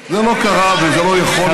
זה לא קרה, וזה לא יכולת.